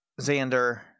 Xander